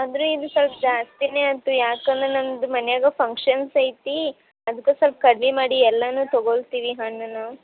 ಅಂದರೆ ಇದು ಸ್ವಲ್ಪ ಜಾಸ್ತಿಯೇ ಆಯ್ತು ಯಾಕಂದ್ರೆ ನನ್ನದು ಮನೆಯಾಗೆ ಫಂಕ್ಷನ್ಸ್ ಐತಿ ಅದ್ಕೆ ಸ್ವಲ್ಪ ಕಡ್ಮೆ ಮಾಡಿ ಎಲ್ಲವೂ ತಗೋಳ್ತೀವಿ ಹಣ್ಣನ್ನು